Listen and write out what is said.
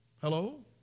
hello